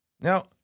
Now